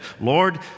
Lord